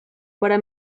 para